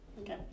Okay